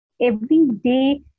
everyday